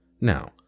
Now